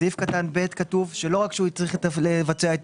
בסעיף קטן (ב) כתוב שלא רק שהוא יצטרך לבצע את